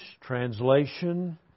translation